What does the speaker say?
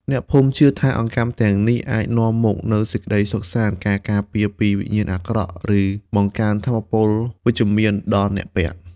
អ្នកភូមិជឿថាអង្កាំទាំងនេះអាចនាំមកនូវសេចក្តីសុខសាន្ត ការការពារពីវិញ្ញាណអាក្រក់ ឬបង្កើនថាមពពលវិជ្ជមានដល់អ្នកពាក់។